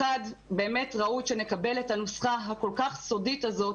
ראוי שנקבל את הנוסחה הכול כך סודית הזאת,